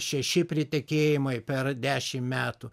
šeši pritekėjimai per dešim metų